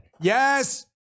Yes